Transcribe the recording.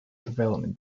development